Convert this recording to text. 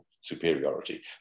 superiority